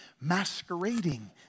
masquerading